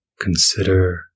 Consider